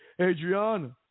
Adriana